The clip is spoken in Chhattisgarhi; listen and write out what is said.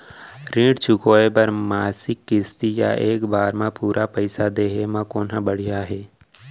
ऋण चुकोय बर मासिक किस्ती या एक बार म पूरा पइसा देहे म कोन ह बढ़िया हे?